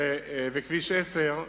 כביש 10,